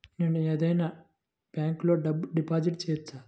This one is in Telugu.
నేను ఏదైనా బ్యాంక్లో డబ్బు డిపాజిట్ చేయవచ్చా?